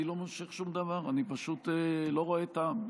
אני לא מושך שום דבר, אני פשוט לא רואה טעם.